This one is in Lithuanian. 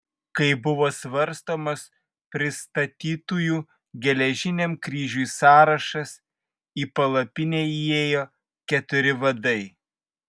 kai buvo svarstomas pristatytųjų geležiniam kryžiui sąrašas į palapinę įėjo keturi vadai